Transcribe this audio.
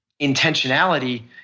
intentionality